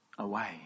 Away